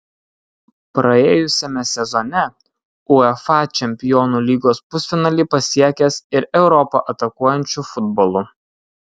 praėjusiame sezone uefa čempionų lygos pusfinalį pasiekęs ir europą atakuojančiu futbolu